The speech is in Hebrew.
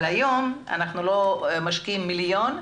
אבל היום אנחנו לא משקיעים מיליון,